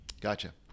Gotcha